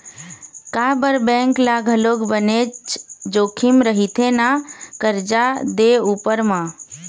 काबर बेंक ल घलोक बनेच जोखिम रहिथे ना करजा दे उपर म